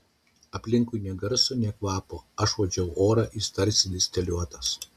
aplinkui nė garso nė kvapo aš uodžiu orą jis tarsi distiliuotas